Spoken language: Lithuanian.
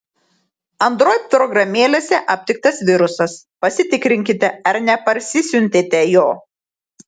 android programėlėse aptiktas virusas pasitikrinkite ar neparsisiuntėte jo